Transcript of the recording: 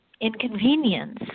inconvenience